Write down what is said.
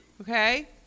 Okay